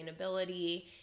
sustainability